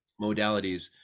modalities